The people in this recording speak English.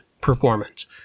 performance